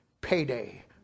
Payday